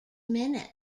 minutes